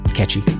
catchy